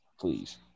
please